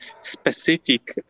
specific